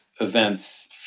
events